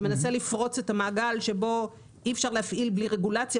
שמנסה לפרוץ את המעגל שבו אי-אפשר להפעיל בלי רגולציה,